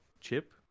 chip